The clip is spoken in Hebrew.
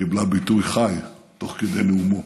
שקיבלה ביטוי חי תוך כדי נאומו.